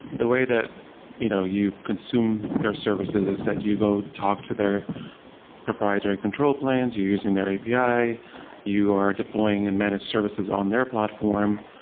the way that you know you consume their services is that you go talk to their proprietary control plans, you're using their api, you are deploying and manage services on their platform.